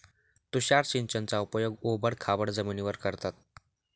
तुषार सिंचनाचा उपयोग ओबड खाबड जमिनीवर करतात